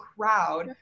crowd